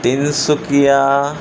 Tinsukia